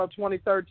2013